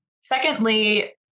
Secondly